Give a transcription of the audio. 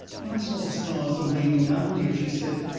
when i saw the stars a-raining down, dear, she said,